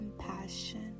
compassion